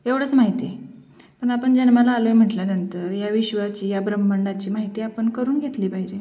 एवढंच माहिती आहे पण आपण जन्माला आलो आहे म्हटल्यानंतर या विश्वाची या ब्रह्माण्डाची माहिती आपण करून घेतली पाहिजे